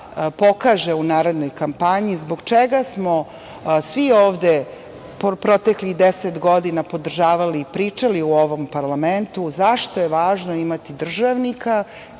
pokaže u narednoj kampanji zbog čega smo svi ovde proteklih deset godina podržavali i pričali u ovom parlamentu zašto je važno imati državnika